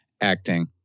acting